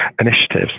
initiatives